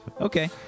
Okay